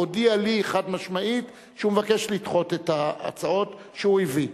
הודיע לי חד-משמעית שהוא מבקש לדחות את ההצעות שהוא הביא.